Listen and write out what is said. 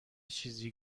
چیزی